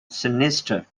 sinister